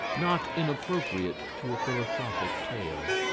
not inappropriate to a philosophic tale.